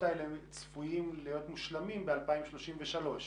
האלה אמורים להיות מושלמים ב-2033.